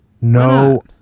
no